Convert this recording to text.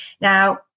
Now